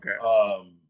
Okay